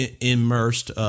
immersed